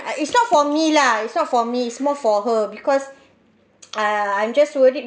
ah is not for me lah is not for me is more for her because ah I'm just worried